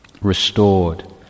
restored